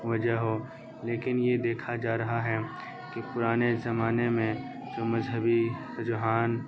وجہ ہو لیکن یہ دیکھا جا رہا ہے کہ پرانے زمانے میں کہ مذہبی رجحان